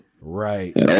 Right